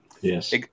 yes